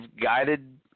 guided